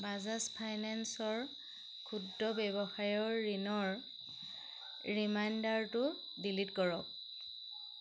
বাজাজ ফাইনেন্সৰ ক্ষুদ্ৰ ৱ্যৱসায়ৰ ঋণৰ ৰিমাইণ্ডাৰটো ডিলিট কৰক